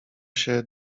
się